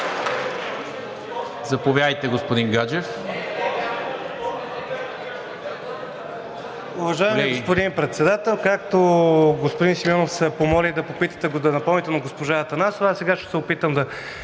Заповядайте, господин Гаджев.